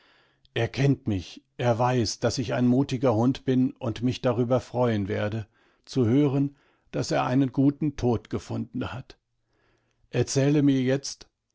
er kennt mich er weiß daß ich ein mutiger hund bin und mich darüber freuen werde zu hören daß er einen guten tod gefunden hat erzähle mir jetzt